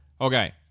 okay